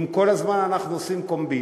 אם כל הזמן אנחנו עושים קומבינות,